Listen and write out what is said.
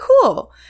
cool